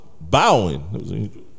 bowing